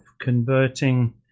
converting